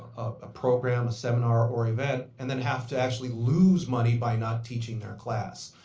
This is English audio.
a program, a seminar, or event, and then have to actually lose money by not teaching their class.